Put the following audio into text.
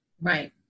Right